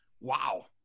Wow